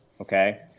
okay